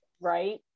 right